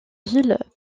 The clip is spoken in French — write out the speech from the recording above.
ville